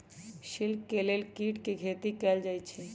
silk के लेल कीट के खेती कएल जाई छई